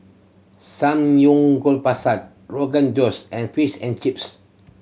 Samgyeopsal Rogan Josh and Fish and Chips